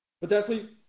potentially